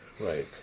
right